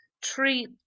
treat